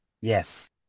Yes